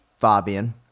Fabian